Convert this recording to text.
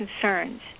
concerns